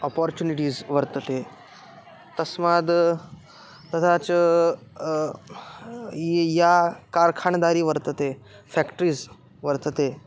opportunities वर्तते तस्माद् तथा च या कारखानदारी वर्तते फ़्याक्ट्रीस् वर्तते